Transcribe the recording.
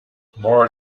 more